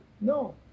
no